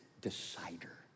decider